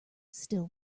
still